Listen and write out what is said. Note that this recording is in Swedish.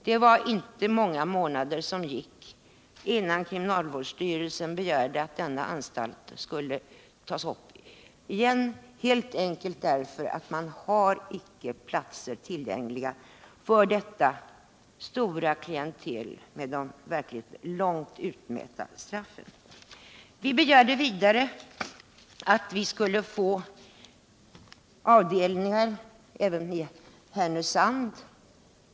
Det var inte många månader som gick innan kriminalvårdsstyrelsen begärde att den skulle tas i bruk igen, helt enkelt därför att man icke har platser tillgängliga för detta stora klientel med de verkligt långa straffen. Vi begärde vidare att få avdelningar även i Härnösand.